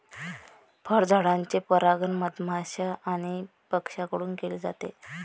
फळझाडांचे परागण मधमाश्या आणि पक्ष्यांकडून केले जाते